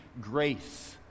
grace